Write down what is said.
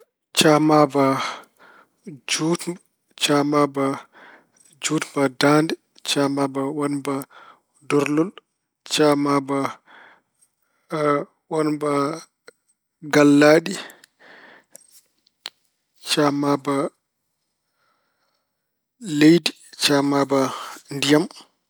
Camaaba juutmba, camaaba juutmba daande, camaaba waɗmba dorlol, camaaba waɗmba gallaaɗi, camaaba leydi, camaaba ndiyam.